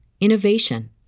innovation